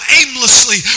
aimlessly